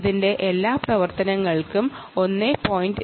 ഇതിന്റെ എല്ലാ പ്രവർത്തനങ്ങൾക്കും 1